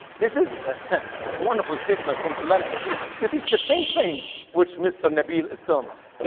this is a wonderful statement from jelena has seen that is the same thing which mr. nabil is thomas